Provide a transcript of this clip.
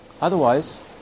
Otherwise